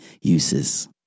uses